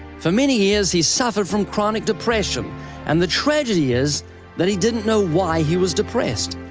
for many years, he suffered from chronic depression and the tragedy is that he didn't know why he was depressed.